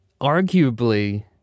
arguably